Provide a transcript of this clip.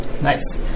Nice